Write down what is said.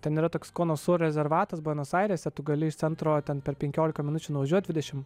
ten yra toks konosu rezervatas buenos airėse tu gali išcentruoti ten per penkiolika minučių nuvažiuoti dvidešimt